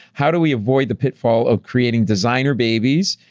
how do we avoid the pitfall of creating designer babies,